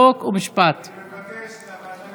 חוק ומשפט נתקבלה.